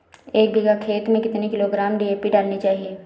एक बीघा खेत में कितनी किलोग्राम डी.ए.पी डालनी चाहिए?